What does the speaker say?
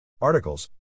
Articles